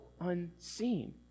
unseen